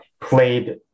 played